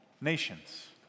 nations